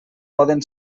poden